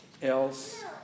else